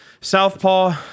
Southpaw